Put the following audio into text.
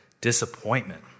disappointment